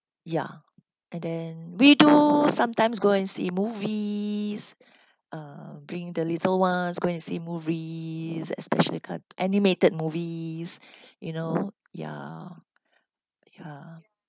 ya and then we do sometimes go and see movies uh bring the little ones go and see movies especially car~ animated movies you know ya ya